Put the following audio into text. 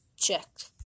checked